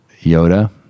Yoda